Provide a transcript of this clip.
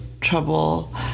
trouble